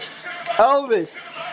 Elvis